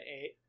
eight